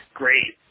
great